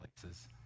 places